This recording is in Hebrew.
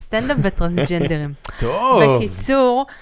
סטנדאפ וטרנסג׳נדרים, טוב, בקיצור...